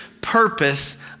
purpose